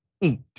eat